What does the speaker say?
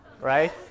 right